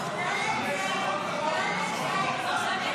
התשפ"ה 2025,